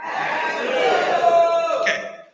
Okay